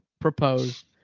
proposed